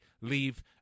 Leave